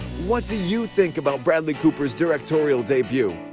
what do you think about bradley cooper's directorial debuts?